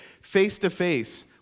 face-to-face